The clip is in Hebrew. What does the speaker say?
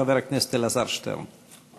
חבר הכנסת אלעזר שטרן.